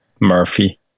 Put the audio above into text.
Murphy